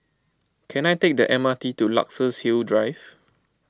can I take the M R T to Luxus Hill Drive